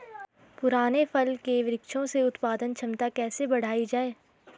पुराने फल के वृक्षों से उत्पादन क्षमता कैसे बढ़ायी जाए?